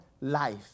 life